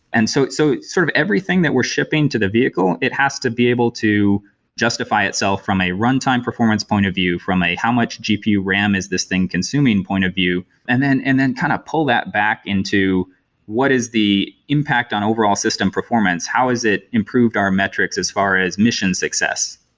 and so so sort of everything that we're shipping to the vehicle, it has to be able to justify itself from a runtime performance point of view, from how much gpu ram is this thing consuming point of view, and then and then kind of pull that back into what is the impact on overall system performance? how is it improved our metrics as far as mission success?